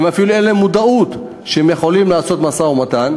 אפילו אין להם מודעות שהם יכולים לעשות משא-ומתן.